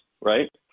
right